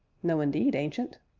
no, indeed, ancient!